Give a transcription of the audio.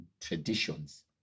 traditions